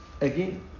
again